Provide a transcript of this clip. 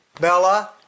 Bella